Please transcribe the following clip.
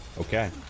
Okay